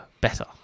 better